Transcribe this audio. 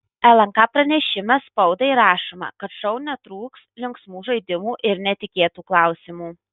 lnk pranešime spaudai rašoma kad šou netrūks linksmų žaidimų ir netikėtų klausimų